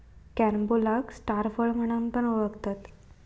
कॅरम्बोलाक स्टार फळ म्हणान पण ओळखतत